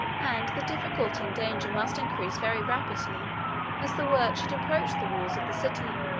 and the difficulty and danger must increase very rapidly as the work should approach the walls of the city.